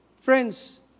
Friends